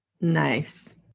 Nice